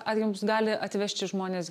ar jums gali atvežti žmonės